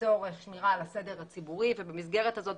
לצורך שמירה על הסדר הציבורי ובמסגרת הזאת,